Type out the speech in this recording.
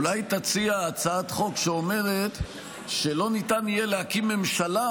אולי תציע הצעת חוק שאומרת שלא ניתן יהיה להקים ממשלה